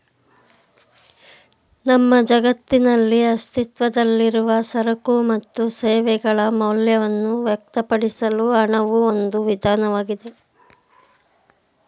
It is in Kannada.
ನಮ್ಮ ಜಗತ್ತಿನಲ್ಲಿ ಅಸ್ತಿತ್ವದಲ್ಲಿರುವ ಸರಕು ಮತ್ತು ಸೇವೆಗಳ ಮೌಲ್ಯವನ್ನ ವ್ಯಕ್ತಪಡಿಸಲು ಹಣವು ಒಂದು ವಿಧಾನವಾಗಿದೆ